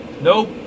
Nope